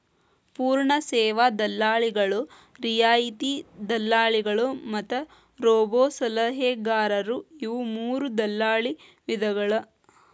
ಪೂರ್ಣ ಸೇವಾ ದಲ್ಲಾಳಿಗಳು, ರಿಯಾಯಿತಿ ದಲ್ಲಾಳಿಗಳು ಮತ್ತ ರೋಬೋಸಲಹೆಗಾರರು ಇವು ಮೂರೂ ದಲ್ಲಾಳಿ ವಿಧಗಳ